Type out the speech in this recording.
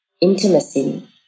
intimacy